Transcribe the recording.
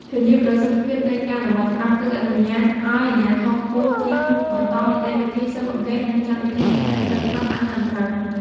ធានាប្រសិទ្ធភាពនៃការអនុវត្តច្បាប់គឺ អនុញ្ញាតឱ្យអាជ្ញាធរខ្ពស់ជាងបន្តនីតិវិធីស៊ើបអង្កេត និងចាត់វិធានការផ្លូវច្បាប់បានត្រឹមត្រូវ។